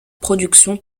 production